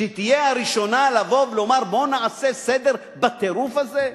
שתהיה הראשונה לבוא ולומר: בוא נעשה סדר בטירוף הזה.